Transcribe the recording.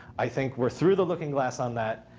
i think we're through the looking glass on that.